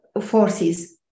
forces